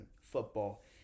football